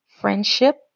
friendship